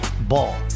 Ball